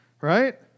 Right